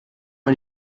man